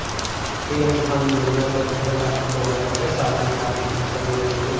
PM Kisan योजना के अंतर्गत आपको दो हज़ार रुपये साल में चार महीने तक दिए जाएंगे